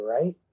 right